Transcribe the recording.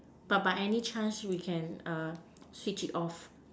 but by any chance we can uh Switch it off